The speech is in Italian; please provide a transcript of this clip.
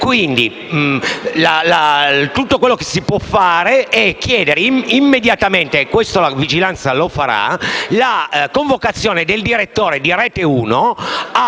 Quindi tutto quello che si può fare è chiedere immediatamente - e questo la Commissione di vigilanza lo farà - la convocazione del direttore di RAI 1 in